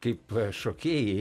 kaip šokėjai